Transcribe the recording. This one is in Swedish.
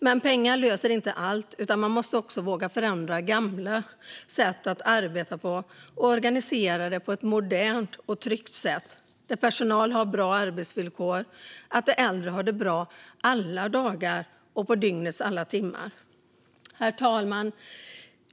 Men pengar löser inte allt, utan man måste också våga förändra gamla sätt att arbeta och organisera arbetet på ett modernt och tryggt sätt där personal har bra arbetsvillkor och de äldre har det bra alla dagar och dygnets alla timmar. Herr talman!